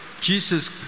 Jesus